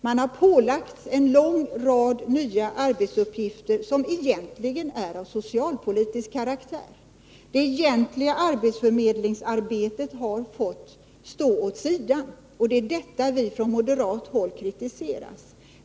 Man har pålagt verket en lång rad nya arbetsuppgifter som egentligen är av socialpolitisk karaktär. Det egentliga arbetsförmedlingsarbetet har skjutits åt sidan — och det är detta vi från moderata samlingspartiet har kritiserat.